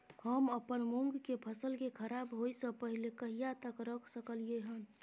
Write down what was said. हम अपन मूंग के फसल के खराब होय स पहिले कहिया तक रख सकलिए हन?